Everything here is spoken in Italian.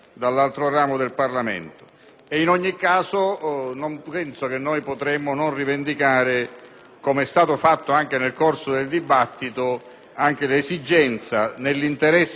come è stato fatto anche nel corso del dibattito, l'esigenza, nell'interesse dei provvedimenti, di promuovere alcune modifiche. La seconda considerazione, sempre di carattere